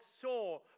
saw